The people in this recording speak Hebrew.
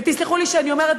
ותסלחו לי שאני אומרת,